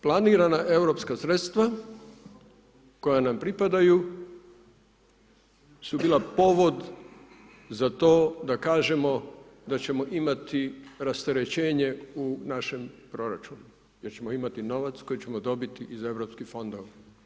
Planirana europska sredstva koja nam pripadaju su bila povod za to da kažemo da ćemo imati rasterećenje u našem proračunu jer ćemo imati novac koji ćemo dobiti iz europskih fondova.